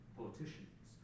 politicians